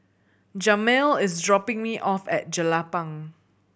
Jamel is dropping me off at Jelapang